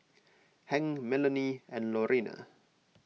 Hank Melonie and Lorena